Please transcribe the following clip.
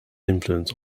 influence